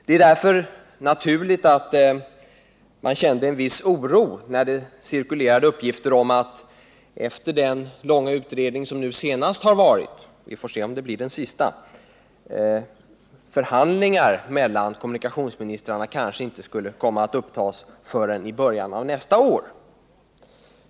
Det är naturligt att man kände en viss oro när det cirkulerade uppgifter om att efter den senaste långa utredningen — vi får se om det blir den sista — förhandlingar mellan kommunikationsministrarna kanske inte skulle tas upp förrän i början av nästa år.